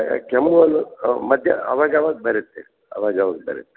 ಕೆಮ್ಮುನು ಮಧ್ಯೆ ಅವಾಗ ಅವಾಗ ಬರುತ್ತೆ ಅವಾಗ ಅವಾಗ ಬರುತ್ತೆ